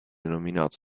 nominato